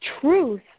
truth